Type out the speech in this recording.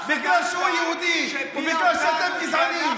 בגלל שאתם גזענים.